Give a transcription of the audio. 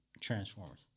Transformers